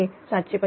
तर हे 725